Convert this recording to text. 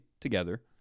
together